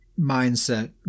mindset